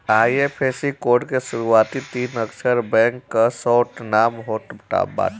IFSC code के शुरूआती तीन अक्षर बैंक कअ शार्ट नाम होत बाटे